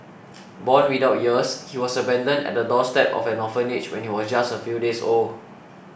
born without ears he was abandoned at the doorstep of an orphanage when he was just a few days old